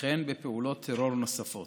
וכן בפעולות טרור נוספות.